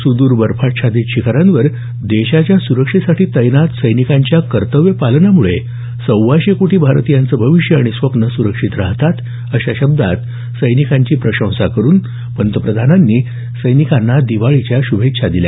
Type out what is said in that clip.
सुदूर बर्फाच्छादित शिखरांवर देशाच्या सुरक्षेसाठी तैनात सैनिकांच्या कर्तव्यपालनामुळे सव्वाशे कोटी भारतीयांचं भविष्यं आणि स्वप्नं सुरक्षित राहतात अशा शब्दात सैनिकांची प्रशंसा करून पंतप्रधानांनी सैनिकांना दिवाळीच्या शुभेच्छा दिल्या